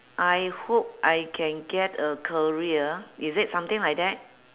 I hope I can get a career is it something like that